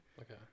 Okay